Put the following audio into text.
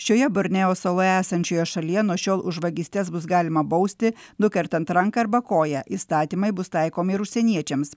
šioje borneo saloje esančioje šalyje nuo šiol už vagystes bus galima bausti nukertant ranką arba koją įstatymai bus taikomi ir užsieniečiams